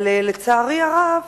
אבל, לצערי הרב,